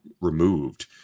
removed